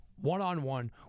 one-on-one